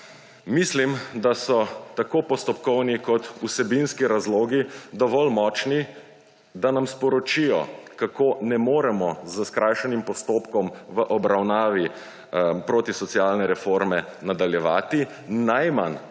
Mislim, da so tako postopkovni kot vsebinski razlogi dovolj močni, da nam sporočijo, kako ne moremo s skrajšanim postopkom v obravnavi protisocialne reforme nadaljevati. Najmanj